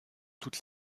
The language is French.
toutes